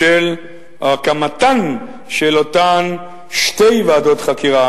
להקמתן של אותן שתי ועדות חקירה,